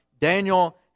Daniel